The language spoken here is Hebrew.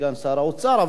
סגן שר האוצר,